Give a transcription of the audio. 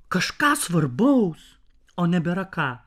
kažką svarbaus o nebėra ką